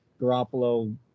Garoppolo